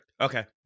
okay